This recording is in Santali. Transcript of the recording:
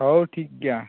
ᱦᱳᱭ ᱴᱷᱤᱠ ᱜᱮᱭᱟ